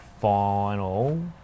final